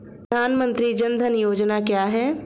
प्रधानमंत्री जन धन योजना क्या है?